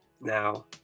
Now